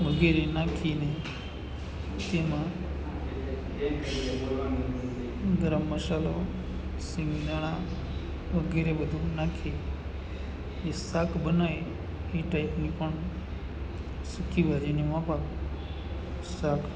વગેરે નાખીને તેમાં ગરમ મસાલો શિંગ દાણા વગેરે બધું નાખી એ શાક બનાવીએ એ ટાઈપની પણ સૂકી ભાજીની માફક શાક